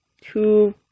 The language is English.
two